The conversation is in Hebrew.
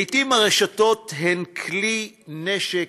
לעתים הרשתות הן כלי נשק,